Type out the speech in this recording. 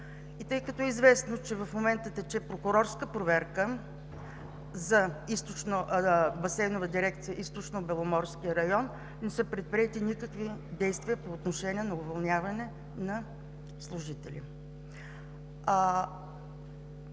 Тъй като е известно, че в момента тече прокурорска проверка за Басейнова дирекция – Източнобеломорски район не са предприети никакви действия по отношение на уволняване на служители.